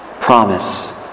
promise